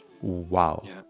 Wow